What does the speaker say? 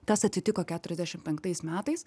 tas atsitiko keturiasdešimt penktais metais